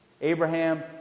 Abraham